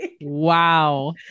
Wow